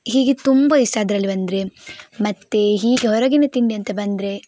ಹೀಗೆ ತುಂಬ ಇಷ್ಟ ಅದರಲ್ಲಿ ಬಂದರೆ ಮತ್ತು ಹೀಗೆ ಹೊರಗಿನ ತಿಂಡಿ ಅಂತ ಬಂದರೆ